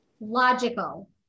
logical